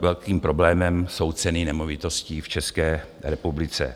Velkým problémem jsou ceny nemovitostí v České republice.